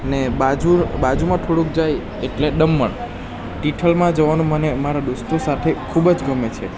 ને બાજુ બાજુમાં થોડુક જાઇએ એટલે દમણ તિથલમાં જવાનું મને મારા દોસ્તો સાથે ખૂબ જ ગમે છે